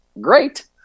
great